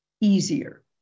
easier